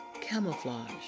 camouflage